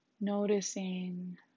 Noticing